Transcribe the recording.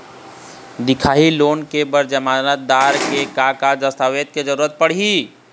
दिखाही लोन ले बर जमानतदार के का का दस्तावेज के जरूरत पड़ही?